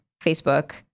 Facebook